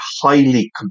highly